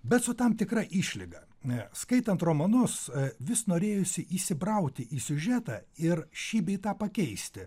bet su tam tikra išlyga e skaitant romanus vis norėjosi įsibrauti į siužetą ir šį bei tą pakeisti